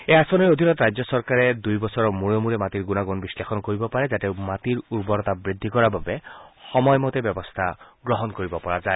এই আঁচনিৰ অধীনত ৰাজ্য চৰকাৰে দুই বছৰৰ মূৰে মূৰে মাটিৰ গুণাগুণ বিশ্লেষণ কৰিব পাৰে যাতে মাটিৰ উৰ্বৰতা বৃদ্ধি কৰাৰ বাবে সময়মতে ব্যৱস্থা গ্ৰহণ কৰিব পৰা যায়